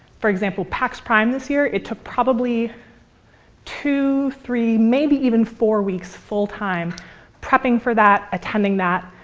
for example, pax prime this year, it took probably two, three, maybe even four weeks full time prepping for that, attending that,